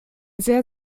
sehr